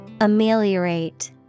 Ameliorate